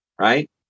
right